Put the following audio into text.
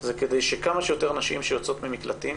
זה כדי שכמה שיותר נשים שיוצאות ממקלטים